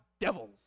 devils